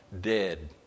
Dead